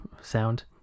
sound